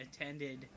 attended